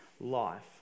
life